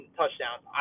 touchdowns